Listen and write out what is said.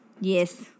Yes